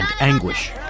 anguish